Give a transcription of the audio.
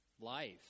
life